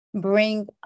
bring